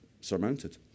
surmounted